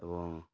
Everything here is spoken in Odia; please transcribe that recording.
ଏବଂ